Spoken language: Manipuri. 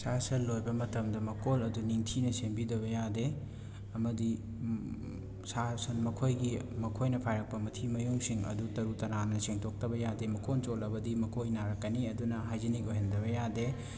ꯁꯥ ꯁꯟ ꯂꯣꯏꯕ ꯃꯇꯝꯗ ꯃꯀꯣꯜ ꯑꯗꯨ ꯅꯤꯡꯊꯤꯅ ꯁꯦꯝꯕꯤꯗꯕ ꯌꯥꯗꯦ ꯑꯃꯗꯤ ꯁꯥ ꯁꯟ ꯃꯈꯣꯏꯒꯤ ꯃꯈꯣꯏꯅ ꯐꯥꯏꯔꯛꯄ ꯃꯊꯤ ꯃꯌꯨꯡꯁꯤꯡ ꯑꯗꯨ ꯇꯔꯨ ꯇꯅꯥꯟꯅ ꯁꯦꯟꯗꯣꯛꯇꯕ ꯌꯥꯗꯦ ꯃꯀꯣꯟ ꯆꯣꯠꯂꯕꯗꯤ ꯃꯈꯣꯏ ꯅꯥꯔꯛꯀꯅꯤ ꯑꯗꯨꯅ ꯍꯥꯏꯖꯅꯤꯛ ꯑꯣꯏꯍꯟꯗꯕ ꯌꯥꯗꯦ